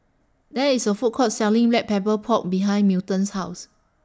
There IS A Food Court Selling Black Pepper Pork behind Milton's House